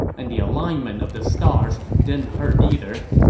and the alignment of the stars didn't hurt either.